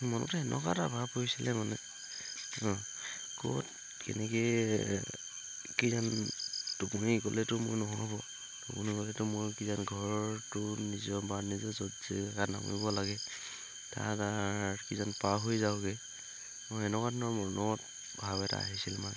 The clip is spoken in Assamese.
মনতে এনেকুৱা এটা পৰিছিলে মানে ক'ত কেনেকে গ'লেতো মোৰ নহ'ব টোপনি গ'লেতো মোৰ কিজান নামিব লাগে পাৰ হৈ যাওঁগে ম এনেকুৱা ধৰণৰ